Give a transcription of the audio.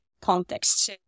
context